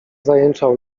zajęczał